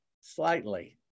slightly